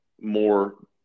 more